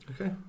Okay